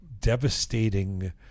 devastating